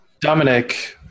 Dominic